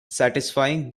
satisfying